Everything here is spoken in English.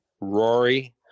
Rory